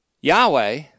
Yahweh